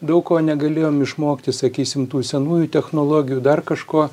daug ko negalėjom išmokti sakysim tų senųjų technologijų dar kažko